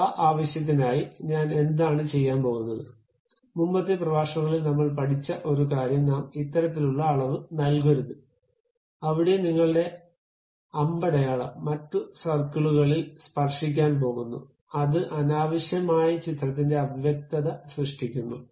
അതിനാൽ ആ ആവശ്യത്തിനായി ഞാൻ എന്താണ് ചെയ്യാൻ പോകുന്നത് മുമ്പത്തെ പ്രഭാഷണങ്ങളിൽ നമ്മൾ പഠിച്ച ഒരു കാര്യം നാം ഇത്തരത്തിലുള്ള അളവ് നൽകരുത് അവിടെ നിങ്ങളുടെ അമ്പടയാളം മറ്റ് സർക്കിളുകളിൽ സ്പർശിക്കാൻ പോകുന്നു അത് അനാവശ്യമായി ചിത്രത്തിൽ അവ്യക്തത സൃഷ്ടിക്കുന്നു